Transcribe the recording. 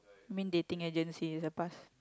mean dating agency is a past